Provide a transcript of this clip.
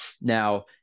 Now